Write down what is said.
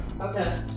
Okay